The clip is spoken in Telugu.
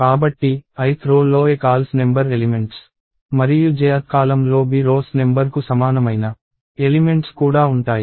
కాబట్టి ith రో లో aCols నెంబర్ ఎలిమెంట్స్ మరియు jth కాలమ్ లో bRows నెంబర్ కు సమానమైన ఎలిమెంట్స్ కూడా ఉంటాయి